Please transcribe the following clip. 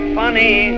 funny